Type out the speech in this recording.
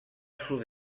sud